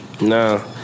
No